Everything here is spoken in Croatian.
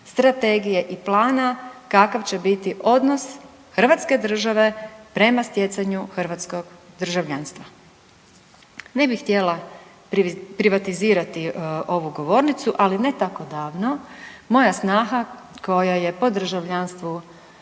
strategije i plana kakav će biti odnos hrvatske države prema stjecanju hrvatskog državljanstva. Ne bi htjela privatizirati ovu govornicu, ali ne tako davno moja snaha koja je po državljanstvu